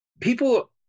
people